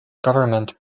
government